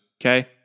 okay